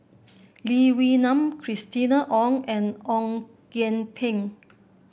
Lee Wee Nam Christina Ong and Ong Kian Peng